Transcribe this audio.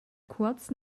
kurz